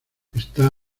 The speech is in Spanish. está